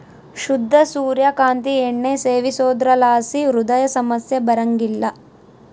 ಶುದ್ಧ ಸೂರ್ಯ ಕಾಂತಿ ಎಣ್ಣೆ ಸೇವಿಸೋದ್ರಲಾಸಿ ಹೃದಯ ಸಮಸ್ಯೆ ಬರಂಗಿಲ್ಲ